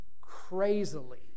crazily